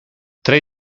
tre